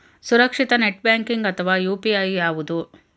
ಸುರಕ್ಷಿತ net banking ಅಥವಾ UPI ಯಾವುದು?